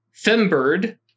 fembird